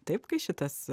taip kai šitas